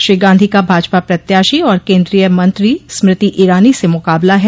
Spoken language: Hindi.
श्री गांधी का भाजपा प्रत्याशी और केन्द्रीय मंत्री स्मृति ईरानी से मुकाबला है